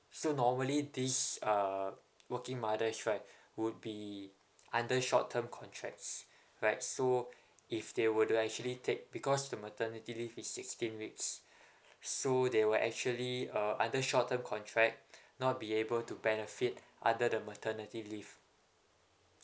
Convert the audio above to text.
so normally this uh working mothers right would be under short term contracts right so if they were to actually take because the maternity leave is sixteen weeks so they will actually uh under short term contract not be able to benefit other than maternity leave